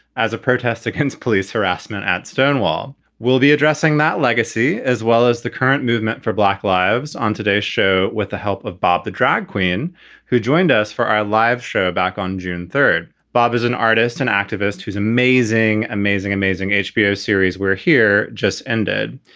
as a protest against police harassment at stonewall. we'll be addressing that legacy as well as the current movement for black lives. on today's show, with the help of bob the drag queen who joined us for our live show back on june third. bob is an artist and activist whose amazing, amazing, amazing hbo series we're here just ended.